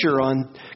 on